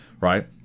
right